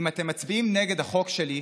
אם אתם מצביעים נגד החוק שלי,